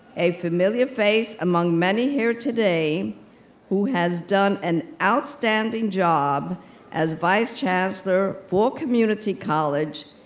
a familiar face among many here today who has done an outstanding job as vice chancellor for community college,